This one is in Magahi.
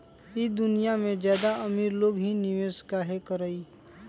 ई दुनिया में ज्यादा अमीर लोग ही निवेस काहे करई?